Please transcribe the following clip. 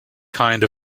kind